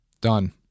Done